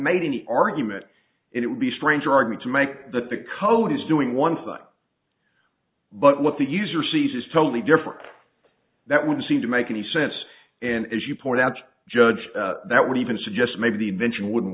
made any argument it would be strange argument to make that the code is doing one thing but what the user sees is totally different that would seem to make any sense and as you point out judge that would even suggest maybe the invention wouldn't